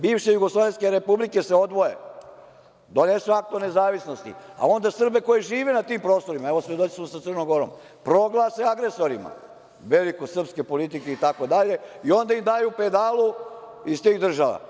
Bivše jugoslovenske republike se odvoje, donesu Akt o nezavisnosti, a onda Srbe koji žive na tim prostorima, to se desilo sa Crnom Gorom, proglase agresorima, velike srpske politike, itd. i onda im daju pedalu iz tih država.